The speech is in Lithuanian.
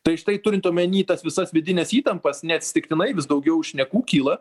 tai štai turint omeny tas visas vidines įtampas neatsitiktinai vis daugiau šnekų kyla